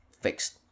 fixed